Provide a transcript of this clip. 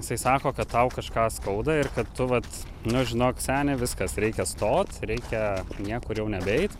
jisai sako kad tau kažką skauda ir kad tu vat nu žinok seni viskas reikia stot reikia niekur jau nebeit